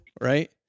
right